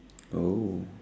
oh